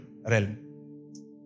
realm